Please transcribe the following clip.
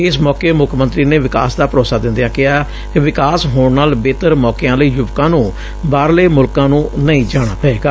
ਇਸ ਮੌਕੇ ਮੁੱਖ ਮੰਤਰੀ ਨੇ ਵਿਕਾਸ ਦਾ ਭਰੋਸਾ ਦਿੰਦਿਆਂ ਕਿਹਾ ਕਿ ਵਿਕਾਸ ਹੋਣ ਨਾਲ ਬੇਹਤਰ ਮੌਕਿਆਂ ਲਈ ਯੁਵਕਾਂ ਨੂੰ ਬਾਹਰਲੇ ਮੁਲਕਾਂ ਨੂੰ ਨਹੀਂ ਜਾਣਾ ਪਏਗਾ